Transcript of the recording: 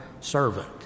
servant